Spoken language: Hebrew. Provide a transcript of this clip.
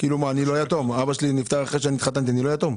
אם אבא שלי נפטר אחרי שהתחתנתי, אני לא יתום?